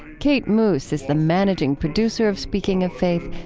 kate moos is the managing producer of speaking of faith.